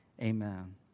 Amen